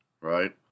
Right